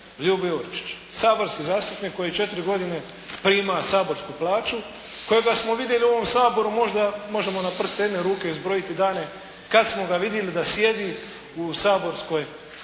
Ljube Jurčića, saborski zastupnik koji je 4 godine prima saborsku plaću, kojega smo vidjeli u ovom Saboru možda možemo na prste jedne ruke izbrojiti dane kad smo ga vidjeli da sjedi u saborskoj ovdje